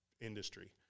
industry